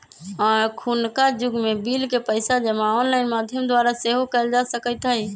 अखुन्का जुग में बिल के पइसा जमा ऑनलाइन माध्यम द्वारा सेहो कयल जा सकइत हइ